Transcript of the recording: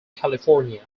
california